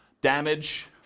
Damage